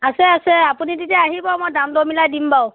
আছে আছে আপুনি তেতিয়া আহিব মই দাম দৰ মিলাই দিম বাৰু